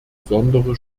besondere